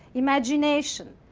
imagination,